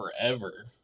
forever